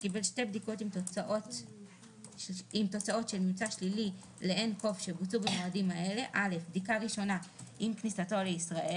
לחוק סמכויות מיוחדות להתמודדות עם נגיף הקורונה החדש (הוראת שעה),